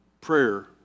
prayer